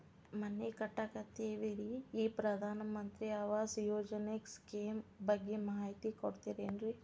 ಮನಿ ಕಟ್ಟಕತೇವಿ ರಿ ಈ ಪ್ರಧಾನ ಮಂತ್ರಿ ಆವಾಸ್ ಯೋಜನೆ ಸ್ಕೇಮ್ ಬಗ್ಗೆ ಮಾಹಿತಿ ಕೊಡ್ತೇರೆನ್ರಿ?